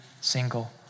single